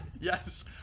Yes